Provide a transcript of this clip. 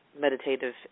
meditative